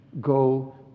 go